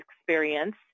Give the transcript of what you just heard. experience